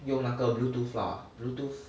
用那个 Bluetooth lah Bluetooth